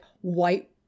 white